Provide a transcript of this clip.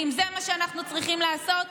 ואם זה מה שאנחנו צריכים לעשות,